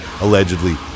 allegedly